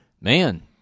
man